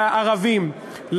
לערבים,